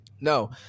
no